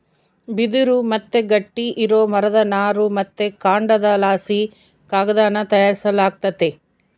ಬಿದಿರು ಮತ್ತೆ ಗಟ್ಟಿ ಇರೋ ಮರದ ನಾರು ಮತ್ತೆ ಕಾಂಡದಲಾಸಿ ಕಾಗದಾನ ತಯಾರಿಸಲಾಗ್ತತೆ